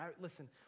listen